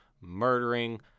murdering